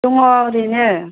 दङ ओरैनो